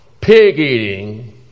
pig-eating